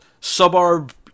suburb